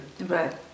Right